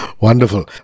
Wonderful